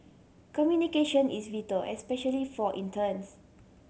communication is vital especially for interns